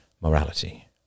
morality